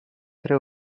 tre